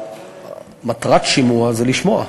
מטרת שימוע זה לשמוע,